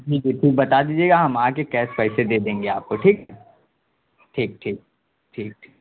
جی بالکل بتا دیجیے گا ہم آ کے کیش پیسے دے دیں گے آپ کو ٹھیک ٹھیک ٹھیک ٹھیک ٹھیک